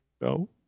No